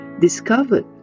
discovered